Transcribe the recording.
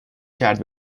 کرد